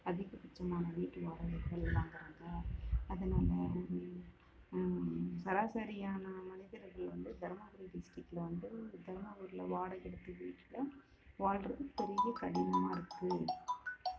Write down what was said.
அதிகபட்சமான வீட்டு வாடகைகள் வாங்குகறாங்க அதனால் சராசரியான மனிதர்கள் வந்து தருமபுரி டிஸ்ட்டிக்கில் வந்து தருமபுரியில் வாடகை எடுத்து வீட்டில் வாழ்றது பெரிய கடினமாக இருக்குது